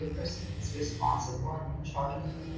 and person is responsible sort of